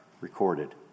recorded